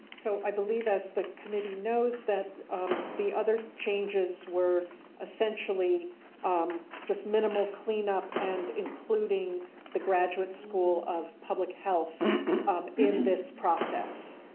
so i believe as the committee knows that the other changes were essentially just minimal clean up and including the graduate school of public health in this process.